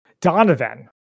Donovan